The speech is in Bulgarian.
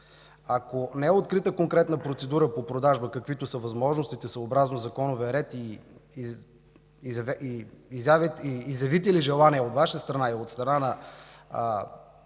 Ако не е открита конкретна процедура по продажба, каквито са възможностите съобразно законовия ред, и изявите ли желание от Ваша страна и желание от страна на